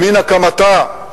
למן הקמתה,